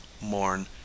mourn